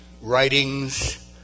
writings